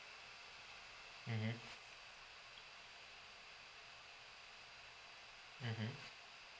mmhmm mmhmm